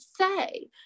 say